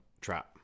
trap